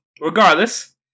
regardless